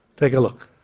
take a look.